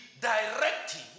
directing